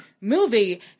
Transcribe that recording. Movie